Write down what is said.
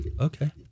Okay